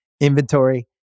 inventory